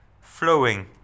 flowing